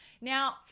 Now